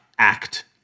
Act